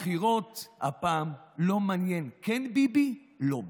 בבחירות הפעם לא מעניין כן ביבי, לא ביבי.